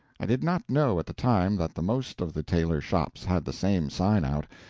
i did not know at the time that the most of the tailor shops had the same sign out,